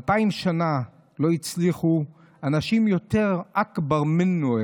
אלפיים שנה לא הצליחו אנשים יותר אכבר מינו,